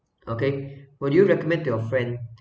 okay will you recommend to your friend